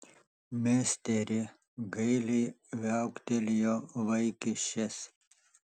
misteri gailiai viauktelėjo vaikiščias